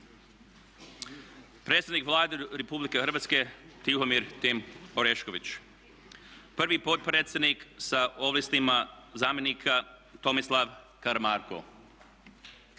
Predsjednik Vlade Republike Hrvatske Tihomir Tim Orešković. Prvi potpredsjednik sa ovlastima zamjenika Tomislav Karamarko.